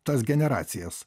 tas generacijas